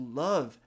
love